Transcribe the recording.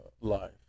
life